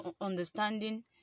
understanding